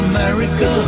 America